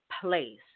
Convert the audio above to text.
place